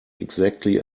exactly